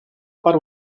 per